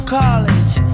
college